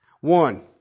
One